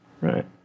Right